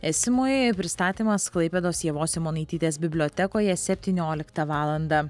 esimui pristatymas klaipėdos ievos simonaitytės bibliotekoje septynioliktą valandą